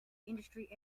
industrial